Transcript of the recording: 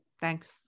thanks